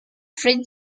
three